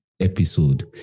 Episode